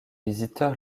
visiteurs